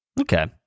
Okay